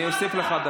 אני אוסיף לך דקה.